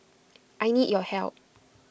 I need your help